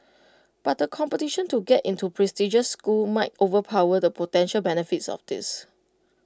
but the competition to get into prestigious schools might overpower the potential benefits of this